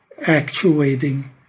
actuating